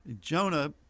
Jonah